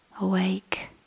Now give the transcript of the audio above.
awake